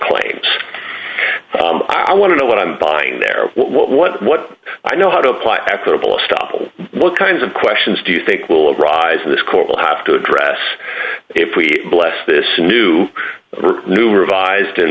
claims i want to know what i'm buying there what what what i know how to apply equitable stoppel what kinds of questions do you think will arise in this court will have to address if we bless this new new revised and